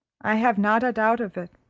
i have not a doubt of it,